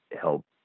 help